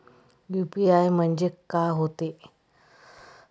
UPI म्हणजे का होते?